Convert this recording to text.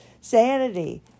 sanity